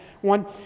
one